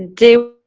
they